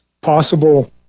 possible